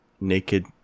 naked